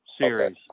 series